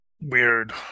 weird